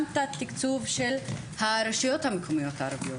תת-תקצוב של הרשויות המקומיות הערביות.